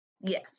Yes